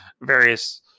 various